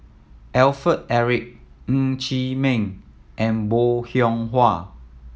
Alfred Eric Ng Chee Meng and Bong Hiong Hwa